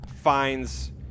finds